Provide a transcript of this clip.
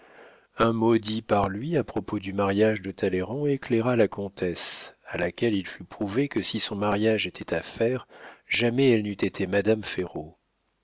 un mot dit par lui à propos du mariage de talleyrand éclaira la comtesse à laquelle il fut prouvé que si son mariage était à faire jamais elle n'eût été madame ferraud